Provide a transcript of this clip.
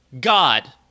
God